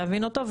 להבין אותו,